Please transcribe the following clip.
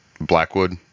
blackwood